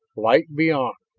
light beyond,